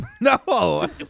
No